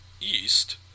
east